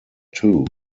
too